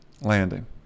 Landing